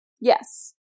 Yes